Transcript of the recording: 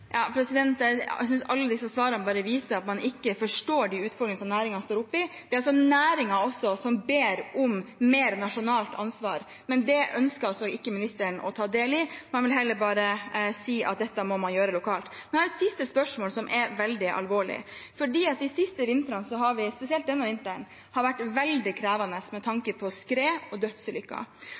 Jeg synes alle disse svarene viser at man ikke forstår utfordringene som næringen står i. Det er altså næringen som ber om mer nasjonalt ansvar, men det ønsker ikke ministeren å ta del i. Man sier heller bare at man må gjøre dette lokalt. Jeg har et siste spørsmål, som er veldig alvorlig. De siste vintrene, spesielt denne vinteren, har vært veldig krevende med tanke på skred og